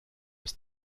ist